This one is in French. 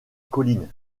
colline